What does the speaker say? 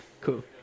Cool